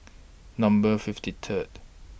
Number fifty Third